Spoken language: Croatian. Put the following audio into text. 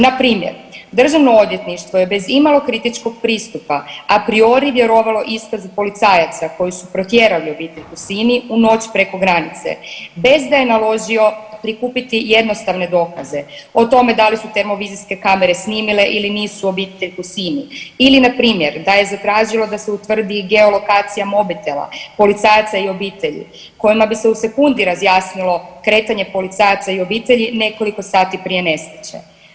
Npr. državno odvjetništvo je bez imalo kritičkog pristupa a priori vjerovalo iskazu policajaca koji su protjerali obitelj Husini u noć preko granice, bez da je naložio prikupiti jednostavne dokaze o tome da li su termovizijske kamere snimile ili nisu obitelj Husini ili npr. da je zatražilo da se utvrdi geolokacija mobitela policajaca i obitelji kojima bi se u sekundi razjasnilo kretanje policajaca i obitelji nekoliko sati prije nesreće.